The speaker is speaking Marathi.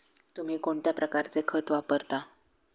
तुम्ही कोणत्या प्रकारचे खत वापरता?